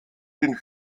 den